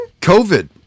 covid